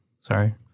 sorry